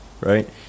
right